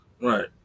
Right